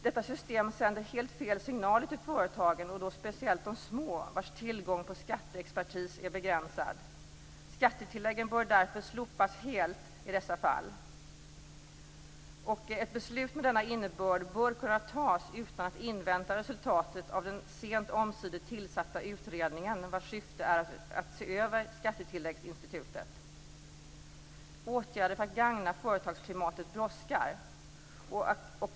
Detta system sänder helt fel signaler till företagen och då speciellt de små, vars tillgång på skatteexpertis är begränsad. Skattetilläggen bör därför slopas helt i dessa fall. Ett beslut med denna innebörd bör kunna fattas utan att invänta resultatet av den sent omsider tillsatta utredningen, vars syfte är att se över skattetilläggsinstitutet. Åtgärder för att gagna företagsklimatet brådskar.